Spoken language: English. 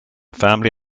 family